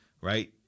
right